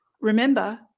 Remember